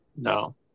No